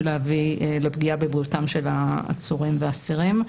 להביא לפגיעה בבריאותם של העצורים והאסירים.